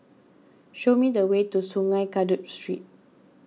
show me the way to Sungei Kadut Street